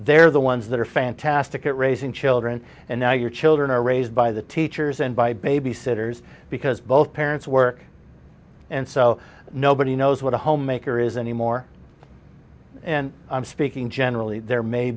they're the ones that are fantastic at raising children and now your children are raised by the teachers and by babysitters because both parents work and so nobody knows what a homemaker is anymore and i'm speaking generally there may